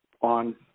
on